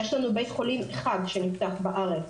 בית חולים אחד נפתח בארץ,